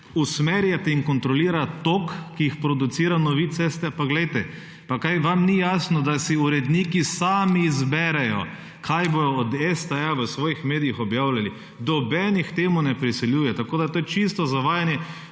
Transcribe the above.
usmerjati in kontrolirati tok, ki jih producira novice, ste pa, poglejte, pa kaj vam ni jasno, da si uredniki sami izberejo kaj bodo od STA v svojih medijih objavili. Nobeden jih temu ne prisiljuje, tako da, to je čisto zavajanje,